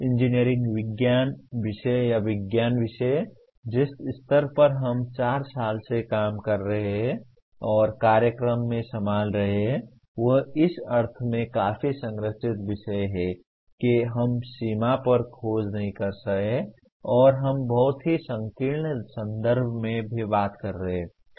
engineering विज्ञान विषय या विज्ञान विषय जिस स्तर पर हम 4 साल के कार्यक्रम में संभाल रहे हैं वे इस अर्थ में काफी संरचित विषय हैं कि हम सीमा पर खोज नहीं कर रहे हैं और हम बहुत ही संकीर्ण संदर्भ में भी बात कर रहे हैं